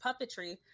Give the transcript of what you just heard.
puppetry